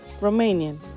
Romanian